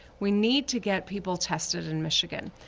we need to get people tested in michigan,